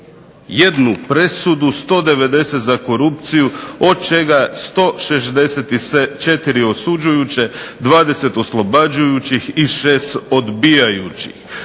491 presudu, 190 za korupciju od čega 164 osuđujuće, 20 oslobađajućih i 6 odbijajućih.